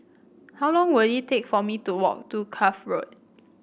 how long will it take for me to walk to Cuff Road